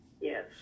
Yes